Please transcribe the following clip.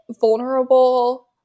vulnerable